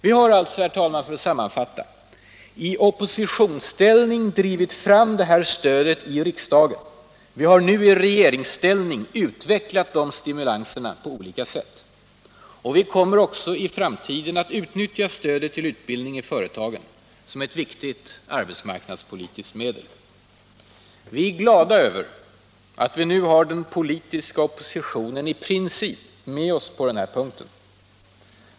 Vi har alltså, för att sammanfatta, i oppositionsställning drivit fram detta stöd i riksdagen. Nu har vi i regeringsställning utvecklat de stimulanserna på olika sätt. Vi kommer också i framtiden att utnyttja stödet till utbildning i företagen som ett viktigt arbetsmarknadspolitiskt medel. Vi är glada över att vi numera har den politiska oppositionen i princip med oss på den punkten.